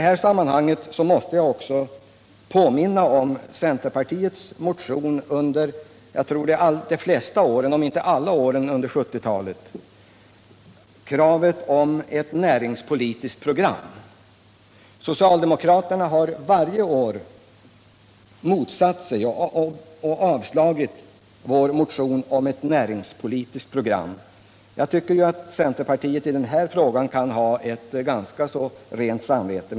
I det sammanhanget måste jag påminna om centerpartiets motion jag tror de flesta åren, om inte alla, under 1970-talet med krav på ett näringspolitiskt program. Socialdemokraterna har varje år motsatt sig och avslagit vår motion om ett sådant program. Jag tycker att centerpartiet i den här frågan kan ha ett ganska rent samvete.